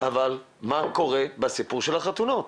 אבל מה קורה בסיפור של החתונות.